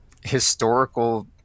historical